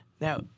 Now